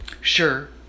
Sure